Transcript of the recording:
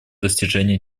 достижении